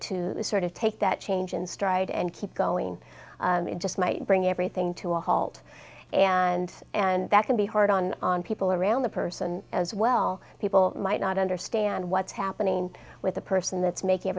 to sort of take that change in stride and keep going it just might bring everything to a halt and and that can be hard on on people around the person as well people might not understand what's happening with the person that's making